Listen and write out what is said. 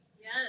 Yes